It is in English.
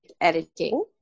editing